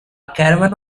caravan